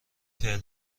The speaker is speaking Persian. فعل